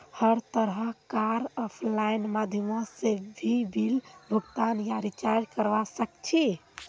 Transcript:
हर तरह कार आफलाइन माध्यमों से भी बिल भुगतान या रीचार्ज करवा सक्छी